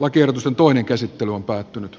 lakiehdotus on toinen käsittely on päättynyt